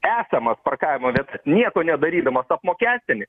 esamas parkavimo vietas nieko nedarydamas apmokestini